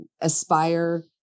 aspire